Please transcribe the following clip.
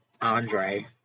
Andre